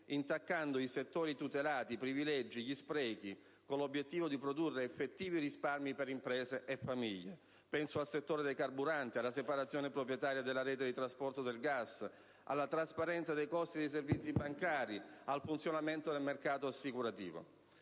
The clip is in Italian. intaccando i settori tutelati, i privilegi, gli sprechi, con l'obiettivo di produrre effettivi risparmi per imprese e famiglie. Penso al settore dei carburanti, alla separazione proprietaria della rete di trasporto del gas, alla trasparenza dei costi dei servizi bancari, al funzionamento del mercato assicurativo.